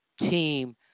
team